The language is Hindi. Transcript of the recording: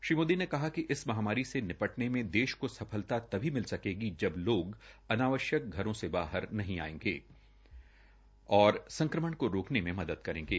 श्री मोदी ने कहा कि इस महामारी से निपटन में देश को सफलता तभी मिल सकेगी जब लोग अनावश्यक घरों से बाहर नहीं आयेंगे और संक्रमण को रोकने में मदद करेंगे